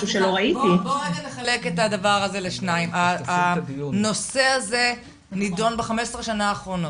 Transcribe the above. בואו נחלק את הדבר הזה לשניים הנושא הזה נדון ב-15 השנים האחרונות.